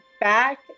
back